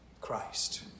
Christ